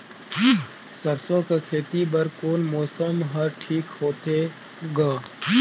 सरसो कर खेती बर कोन मौसम हर ठीक होथे ग?